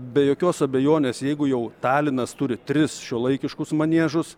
be jokios abejonės jeigu jau talinas turi tris šiuolaikiškus maniežus